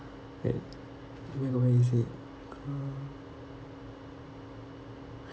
wait where where is it uh